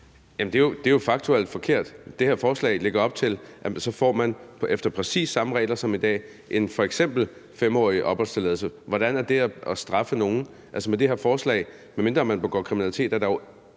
Det er jo faktuelt forkert. Det her forslag lægger op til, at man efter præcis samme regler, som gælder i dag, får f.eks. en 5-årig opholdstilladelse. Hvordan er det at straffe nogen med det her forslag? Medmindre man begår kriminalitet, er der jo